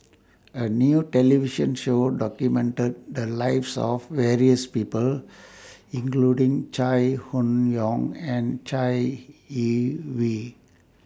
A New television Show documented The Lives of various People including Chai Hon Yoong and Chai Yee Wei